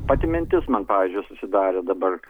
pati mintis man pavyzdžiui susidarė dabar